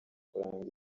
kuranga